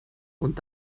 und